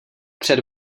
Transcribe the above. před